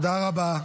תודה רבה.